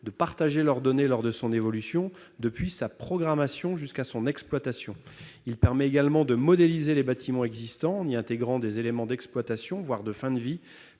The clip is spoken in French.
de partager leurs données tout au long de l'évolution du projet, depuis sa programmation jusqu'à son exploitation. Il permet également de modéliser les bâtiments existants, en y intégrant des éléments d'exploitation, voire de fin de vie,